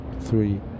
three